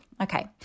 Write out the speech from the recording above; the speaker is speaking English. Okay